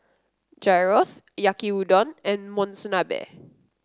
Gyros Yaki Udon and Monsunabe